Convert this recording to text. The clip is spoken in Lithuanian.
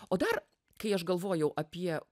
o dar kai aš galvojau apie